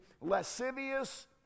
lascivious